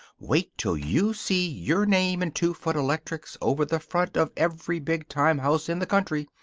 wait till you see your name in two-foot electrics over the front of every big-time house in the country.